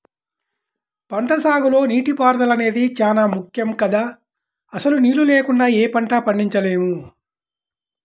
పంటసాగులో నీటిపారుదల అనేది చానా ముక్కెం గదా, అసలు నీళ్ళు లేకుండా యే పంటా పండించలేము